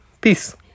Peace